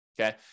okay